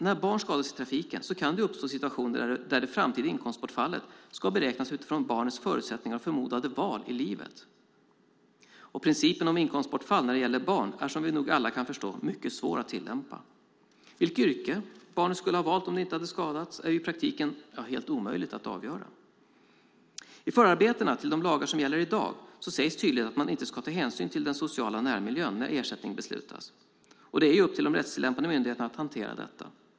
När barn skadas i trafiken kan det dock uppstå situationer där det framtida inkomstbortfallet ska beräknas utifrån barnets förutsättningar och förmodade val i livet. Principen om inkomstbortfall när det gäller barn är som vi nog alla kan förstå mycket svår att tillämpa. Vilket yrke barnet skulle ha valt om det inte skadats är ju i praktiken helt omöjligt att avgöra. I förarbetena till de lagar som gäller i dag sägs tydligt att man inte ska ta hänsyn till den sociala närmiljön när ersättning beslutas. Det är upp till de rättstillämpande myndigheterna att hantera detta.